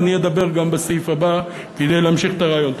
ואני אדבר גם בסעיף הבא כדי להמשיך את הרעיון.